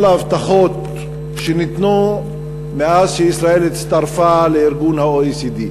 ההבטחות שניתנו מאז שישראל הצטרפה ל-OECD.